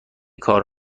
کار